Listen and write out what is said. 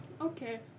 Okay